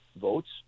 votes